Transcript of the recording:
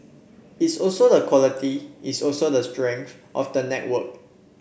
it's also the quality it's also the strength of the network